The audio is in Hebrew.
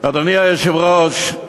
אדוני היושב-ראש,